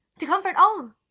to comfort all. um